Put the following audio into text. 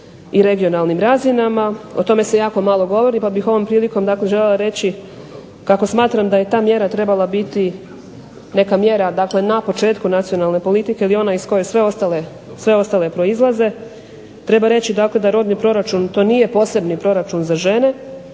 i regionalnim razinama. O tome se jako malo govori pa bih ovom prilikom dakle željela reći kako smatram da je ta mjera trebala biti neka mjera, dakle na početku nacionalne politike ili ona iz koje sve ostale proizlaze. Treba reći da rodni proračun, to nije posebni proračun za žene